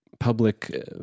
public